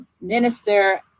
minister